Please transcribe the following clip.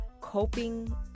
coping